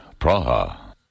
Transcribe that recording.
Praha